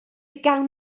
gawn